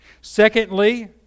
Secondly